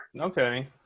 Okay